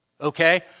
okay